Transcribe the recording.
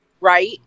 right